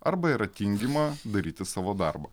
arba yra tingima daryti savo darbą